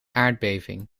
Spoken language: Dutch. aardbeving